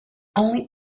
only